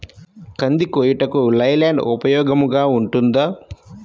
కంది కోయుటకు లై ల్యాండ్ ఉపయోగముగా ఉంటుందా?